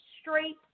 straight